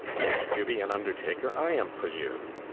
nay, if you be an undertaker, i am for you.